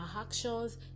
actions